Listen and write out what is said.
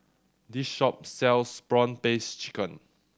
this shop sells prawn paste chicken